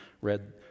read